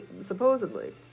Supposedly